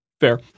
Fair